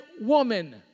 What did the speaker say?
woman